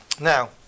Now